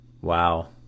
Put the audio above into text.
Wow